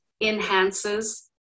enhances